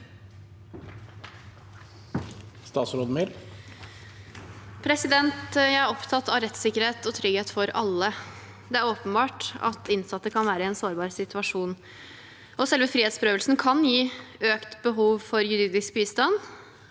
Statsråd Emilie Mehl Jeg er opptatt av rettssikkerhet og trygghet for alle. Det er åpenbart at innsatte kan være i en sårbar situasjon, og selve frihetsberøvelsen kan gi økt behov for juridisk bistand